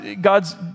God's